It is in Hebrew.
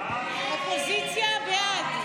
לא נתקבלה.